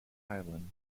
highland